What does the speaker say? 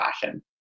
fashion